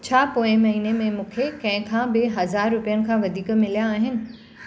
छा पोइ महीने में मूंखे कंहिं खां बि हज़ार रुपियनि खां वधीक मिलिया आहिनि